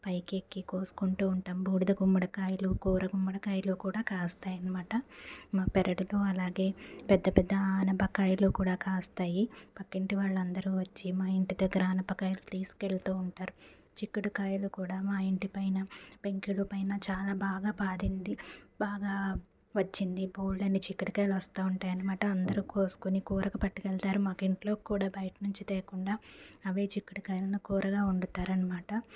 పైకి ఎక్కి కోసుకుంటూ ఉంటాం బూడిద గుమ్మడికాయలు కూర గుమ్మడికాయలు కూడా కాస్తాయి అనమాట మా పెరటితో అలాగే పెద్ద పెద్ద ఆనపకాయలు కూడా కాస్తాయి పక్కింటి వాళ్ళందరూ వచ్చి మా ఇంటి దగ్గర అనపకాయలు తీసుకెళ్తూ ఉంటారు చిక్కుడుకాయలు కూడా మా ఇంటి పైన పెంకెలు పైన చాలా బాగా పారింది బాగా వచ్చింది బోల్డన్ని చిక్కుడుకాయలు వస్తూ ఉంటాయన్నమాట అందరు కోసుకొని కూరకి పట్టుకెళ్తారు మాకు ఇంట్లో కూడా బయట నుంచి త్యాకుండా అవే చిక్కుడుకాయలను కూరగా వండుతారు అనమాట